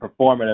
performative